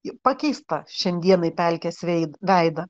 į pakeistą šiandienai pelkės veid veidą